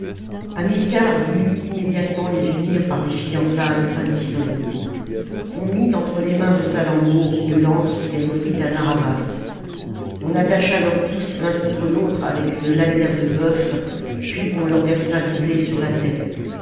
joues hamilcar voulut immédiatement les unir par des fiançailles indissolubles on mit entre les mains de salammbô une lance qu'elle offrit à narr'havas on attacha leurs pouces l'un contre l'autre avec une lanière de bœuf puis on leur versa du blé sur la tête